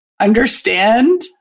understand